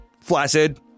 Flaccid